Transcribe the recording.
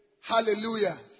Hallelujah